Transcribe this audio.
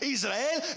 Israel